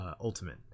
Ultimate